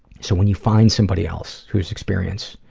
so when you find somebody else who's experience,